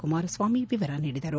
ಕುಮಾರಸ್ವಾಮಿ ವಿವರ ನೀಡಿದರು